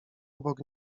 obok